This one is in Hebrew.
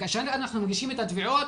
וכאשר אנחנו מגישים את התביעות,